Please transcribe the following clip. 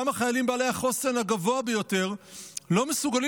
גם החיילים בעלי החוסן הגבוה ביותר לא מסוגלים